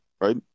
right